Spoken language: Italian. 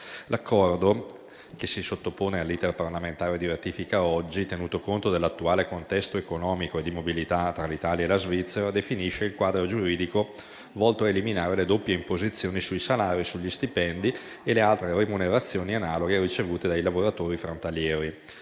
L'accordo che si sottopone all'*iter* parlamentare di ratifica oggi, tenuto conto dell'attuale contesto economico e di mobilità tra l'Italia e la Svizzera, definisce il quadro giuridico volto a eliminare le doppie imposizioni sui salari, sugli stipendi e sulle altre remunerazioni analoghe ricevute dai lavoratori frontalieri.